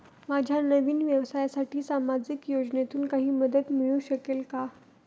माझ्या नवीन व्यवसायासाठी सामाजिक योजनेतून काही मदत मिळू शकेल का?